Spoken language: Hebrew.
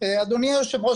אדוני היושב ראש,